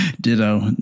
Ditto